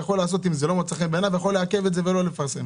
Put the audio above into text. לעכב את זה ולא לפרסם.